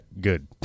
good